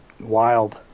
wild